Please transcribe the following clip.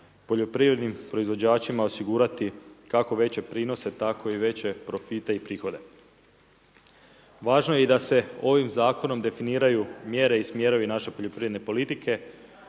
poljoprivrednim proizvođačima osigurati kako veće prinose, tak i veće profite i prihode. Važno je i da se ovim zakonom definiraju mjere i smjerovi naše poljoprivrede politike